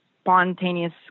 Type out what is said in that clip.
spontaneous